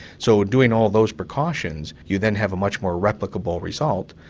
so doing all those precautions, you then have a much more replicable result.